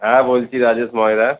হ্যাঁ বলছি রাজেশ ময়রা